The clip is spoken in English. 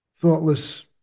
thoughtless